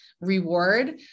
reward